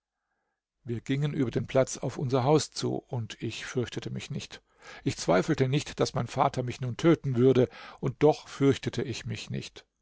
wir gingen über den platz auf unser haus zu und ich fürchtete mich nicht ich zweifelte nicht daß mein vater mich nun töten würde und doch fürchtete ich mich nicht